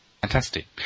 Fantastic